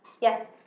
Yes